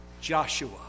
Joshua